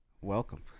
welcome